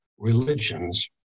religions